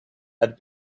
had